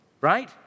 right